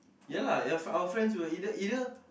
ya lah ya our friends who were either either